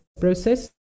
process